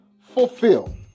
fulfill